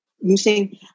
using